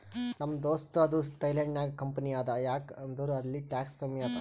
ನಮ್ ದೋಸ್ತದು ಥೈಲ್ಯಾಂಡ್ ನಾಗ್ ಕಂಪನಿ ಅದಾ ಯಾಕ್ ಅಂದುರ್ ಅಲ್ಲಿ ಟ್ಯಾಕ್ಸ್ ಕಮ್ಮಿ ಅದಾ